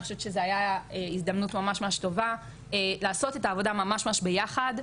אני חושבת שזו היתה הזדמנות ממש ממש טובה לעשות את העבודה ממש ממש ביחד,